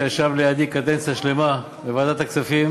שישב לידי קדנציה שלמה בוועדת הכספים